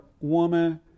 woman